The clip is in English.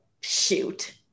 shoot